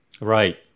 right